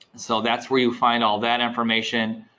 so that's where you'll find all that information.